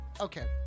okay